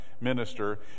minister